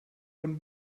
von